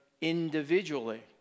individually